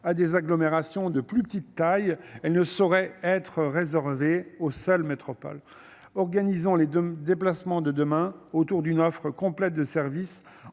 à des agglomérations de plus petite taille. Elle ne saurait être réservée aux seules métropoles, organisons les déplacements de demain autour d'une offre complète de services